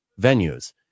venues